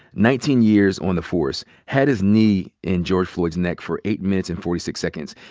nineteen years on the force, had his knee in george floyd's neck for eight minutes and forty six seconds.